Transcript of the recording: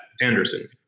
Anderson